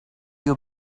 you